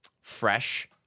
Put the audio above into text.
fresh